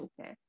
okay